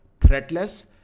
threatless